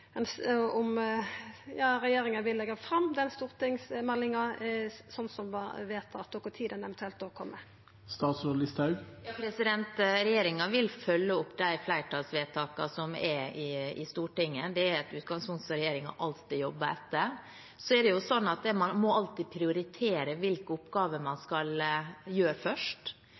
vil leggja fram ei stortingsmelding, slik det vart vedtatt. Og når kjem ho eventuelt? Regjeringen vil følge opp de flertallsvedtakene som er gjort i Stortinget. Det er et utgangspunkt som regjeringen alltid jobber etter. Men man må alltid prioritere hvilke oppgaver man skal gjøre først.